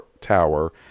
Tower